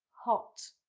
hot.